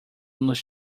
nos